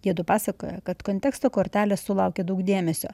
jiedu pasakoja kad konteksto kortelės sulaukė daug dėmesio